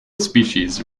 species